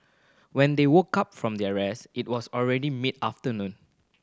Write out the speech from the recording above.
when they woke up from their rest it was already mid afternoon